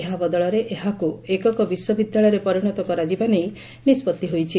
ଏହା ବଦଳରେ ଏହାକୁ ଏକକ ବିଶ୍ୱବିଦ୍ୟାଳୟରେ ପରିଣତ କରାଯିବା ନେଇ ନିଷ୍ଟଉି ହୋଇଛି